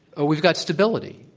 we've got stability.